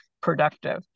productive